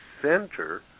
center